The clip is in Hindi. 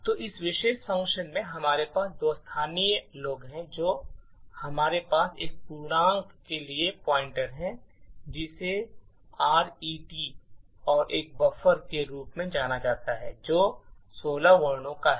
तो इस विशेष function में हमारे पास दो स्थानीय लोग हैं जो हमारे पास एक पूर्णांक के लिए पॉइंटर हैं जिसे आरईटी और एक बफर के रूप में जाना जाता है जो 16 वर्णों का है